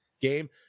game